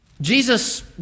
Jesus